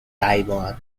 taiwan